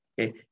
okay